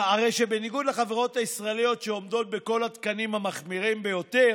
בניגוד לחברות הישראליות שעומדות בכל התקנים המחמירים ביותר,